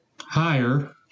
Higher